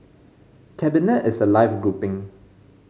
cabinet is a live grouping